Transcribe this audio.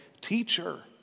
Teacher